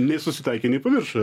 nei susitaikė nei pamiršo